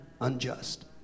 unjust